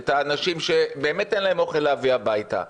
את האנשים שבאמת אין להם אוכל להביא הביתה.